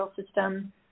system